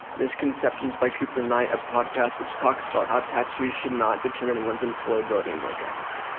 misconceptions by cooper knight a podcast which talks about how tattoos should not determine one's employability and work ethic.